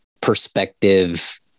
perspective